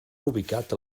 ubicat